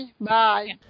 Bye